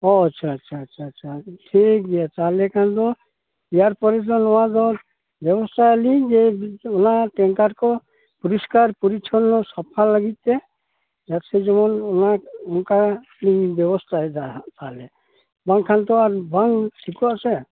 ᱚ ᱟᱪᱪᱷᱟ ᱟᱪᱷᱟ ᱟᱪᱷᱟ ᱟᱪᱷᱟ ᱴᱷᱤᱠ ᱜᱮᱭᱟ ᱛᱟᱦᱚᱞᱮ ᱠᱷᱟᱱ ᱫᱚ ᱮᱭᱟᱨ ᱯᱚᱨᱮ ᱫᱚ ᱱᱚᱣᱟ ᱫᱚ ᱵᱮᱵᱚᱥᱛᱟᱭᱟᱞᱤᱧ ᱡᱮ ᱚᱱᱟ ᱴᱮᱝᱠᱟᱨ ᱠᱚ ᱯᱚᱨᱤᱥᱠᱟᱨ ᱯᱚᱨᱤᱪᱷᱚᱱᱱᱚ ᱥᱟᱯᱷᱟ ᱞᱟᱹᱜᱤᱫ ᱛᱮ ᱡᱟᱛᱮ ᱡᱮᱢᱚᱱ ᱚᱱᱟ ᱚᱱᱠᱟ ᱵᱮᱵᱚᱥᱛᱟ ᱭᱮᱫᱟᱜ ᱦᱟᱸᱜ ᱛᱟᱦᱚᱞᱮ ᱵᱟᱝᱠᱷᱟᱱ ᱛᱚ ᱵᱟᱝ ᱴᱷᱤᱠᱚᱜᱼᱟ ᱥᱮ